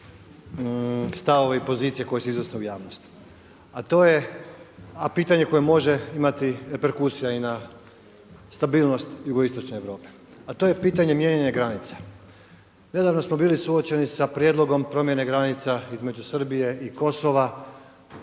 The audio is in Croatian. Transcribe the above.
stavove i pozicije koje se iznose u javnost. A to je, a pitanje koje može imati reperkusija i na stabilnost jugoistočne Europe, a to je pitanje mijenjanja granica. Nedavno smo bili suočeni sa prijedlogom promjene granica između Srbije i Kosova